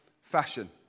fashion